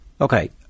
Okay